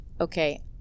Okay